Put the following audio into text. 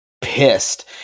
pissed